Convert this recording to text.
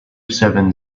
seven